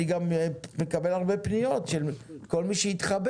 אני גם מקבל הרבה פניות של כל מי שהתחבר,